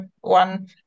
one